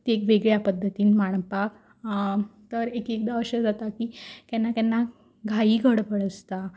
तें वेगवेगळ्या पद्दतीन मांडपाक तर एक एकदां अशें जाता की केन्ना केन्ना घाई गडबड आसता